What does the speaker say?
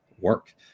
work